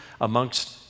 amongst